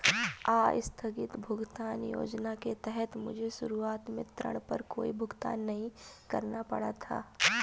आस्थगित भुगतान योजना के तहत मुझे शुरुआत में ऋण पर कोई भुगतान नहीं करना पड़ा था